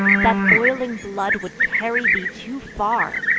that boiling blood would carry thee too far,